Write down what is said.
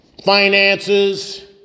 finances